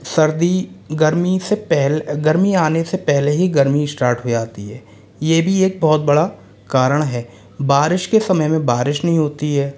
सर्दी गर्मी से पहले गर्मी आने से पहले ही गर्मी स्टार्ट हो जाती है यह भी एक बहुत बड़ा कारण है बारिश के समय में बारिश नहीं होती है